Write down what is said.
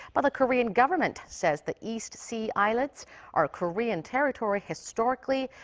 but the korean government says the east sea islets are korean territory historically,